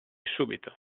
subito